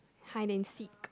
hide and seek